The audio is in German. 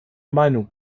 meinung